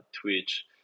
Twitch